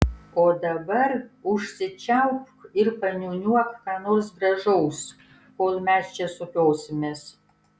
o dabar užsičiaupk ir paniūniuok ką nors gražaus kol mes čia sukiosimės